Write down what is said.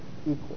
equal